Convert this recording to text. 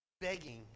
begging